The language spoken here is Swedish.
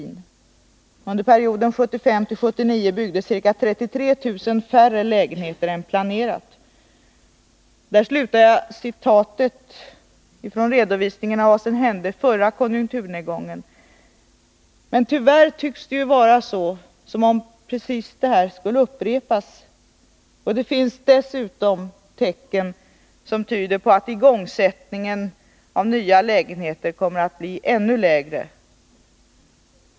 Under perioden 1975-79 byggdes ca 33 000 färre lägenheter än planerat.” Tyvärr tycks det som om precis detta skulle upprepas även nu. Och det finns dessutom tecken som tyder på att igångsättningen av nya lägenheter kommer att bli ännu lägre.